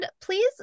please